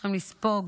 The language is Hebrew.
צריכים לספוג